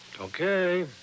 Okay